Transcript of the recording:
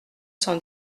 cent